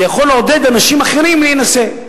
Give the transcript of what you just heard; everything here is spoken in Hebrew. זה יכול לעודד אנשים אחרים להינשא.